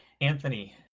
Anthony